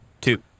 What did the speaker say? two